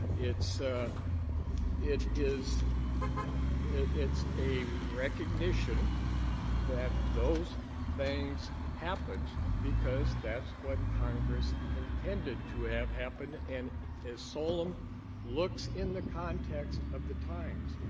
it's ah it is a recognition that those things happened because that's what congress intended to have happen, and as solem looks in the context of the times.